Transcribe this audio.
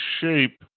shape